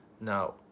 Now